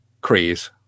craze